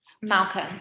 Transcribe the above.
Malcolm